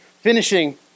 finishing